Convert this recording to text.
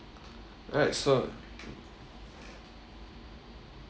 alright so